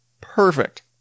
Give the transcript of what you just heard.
Perfect